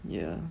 ya